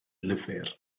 lyfr